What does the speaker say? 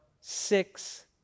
six